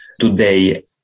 today